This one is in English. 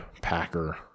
Packer